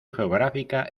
geográfica